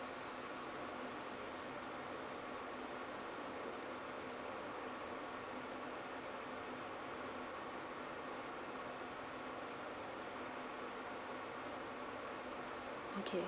okay